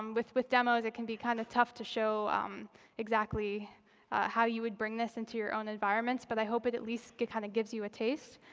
um with with demos, it can be kind of tough to show exactly how you would bring this into your own environments. but i hope it at least kind of gives you a taste.